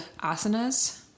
asanas